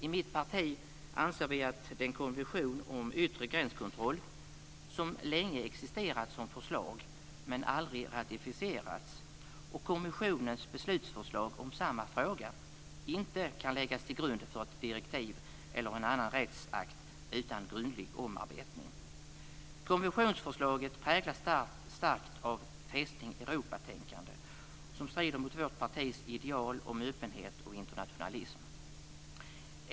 I mitt parti anser vi att den konvention om yttre gränskontroll som länge existerat som förslag, men aldrig ratificerats, och kommissionens beslutsförslag om samma fråga inte kan läggas till grund för ett direktiv eller en annan rättsakt utan grundlig omarbetning. Konventionsförslaget präglas starkt av "Fästning Europa"-tänkande som strider mot vårt partis ideal om öppenhet och internationalism.